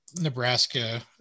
Nebraska